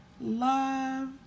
Love